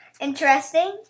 interesting